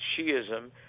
Shiism